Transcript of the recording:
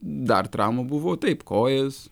dar traumų buvo taip kojas